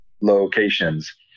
locations